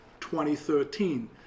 2013